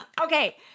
Okay